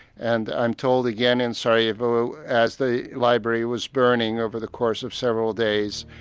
and i'm told again in sarajevo as the library was burning over the course of several days,